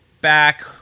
back